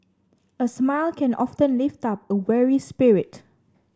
a smile can often lift up a weary spirit